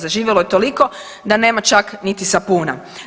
Zaživjelo je toliko da nema čak niti sapuna.